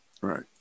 right